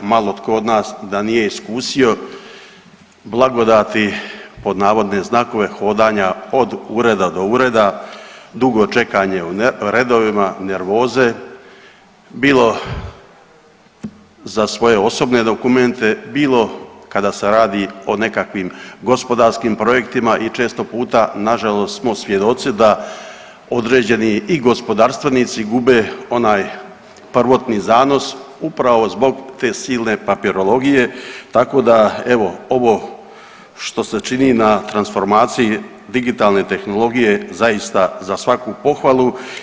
Malo tko od nas da nije iskusio blagodati pod navodne znakove hodanja od ureda do ureda, dugo čekanje u redovima, nervoze bilo za svoje osobne dokumente, bilo kada se radi o nekakvim gospodarskim projektima i često puta nažalost smo svjedoci da određeni i gospodarstvenici gube onaj prvotni zanos upravo zbog te silne papirologije tako da evo ovo što se čini na transformaciji digitalne tehnologije zaista za svaku pohvalu.